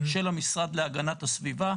של המשרד להגנת הסביבה,